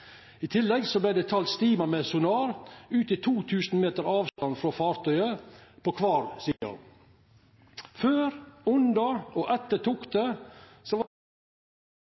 I tillegg vart det talt stimar med sonar ut til 2 000 meter avstand på kvar side av fartøyet. Før, under og etter